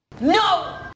No